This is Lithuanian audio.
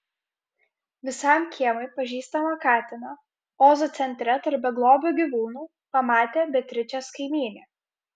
visam kiemui pažįstamą katiną ozo centre tarp beglobių gyvūnų pamatė beatričės kaimynė